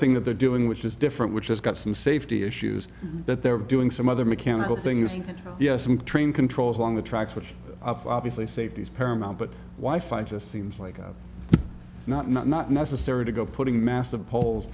thing that they're doing which is different which has got some safety issues that they're doing some other mechanical thing using yes some train controls along the tracks which obviously safety is paramount but why fight just seems like a not not not necessary to go putting massive polls